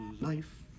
life